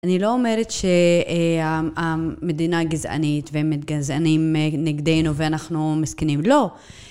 אני לא אומרת שהמדינה גזענית ומתגזענים נגדנו ואנחנו מסכנים, לא.